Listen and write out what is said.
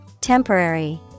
Temporary